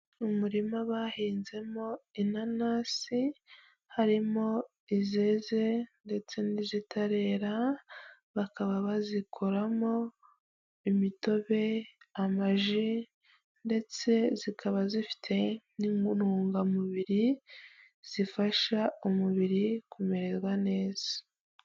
Mu murima bahinzemo inanasi. Harimo izeze, ndetse n'izitarera, bakaba bazikoramo, imitobe, amaji, ndetse zikaba zifite n'intungamubiri, zifasha umubiri kumererwa neza.